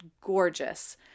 gorgeous